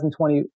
2020